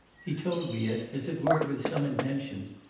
he told me it as it were with some intention.